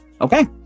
Okay